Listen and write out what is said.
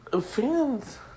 Fans